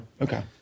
Okay